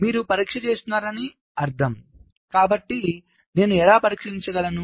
మీరు పరీక్ష చేస్తున్నారని అర్థం కాబట్టి నేను ఎలా పరీక్షించగలను